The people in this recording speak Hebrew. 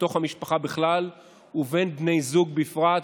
בתוך המשפחה בכלל ובין בני זוג בפרט.